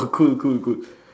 cool cool cool